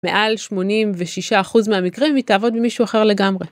מעל 86% מהמקרים היא תעבוד ממישהו אחר לגמרי.